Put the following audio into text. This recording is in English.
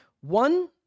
one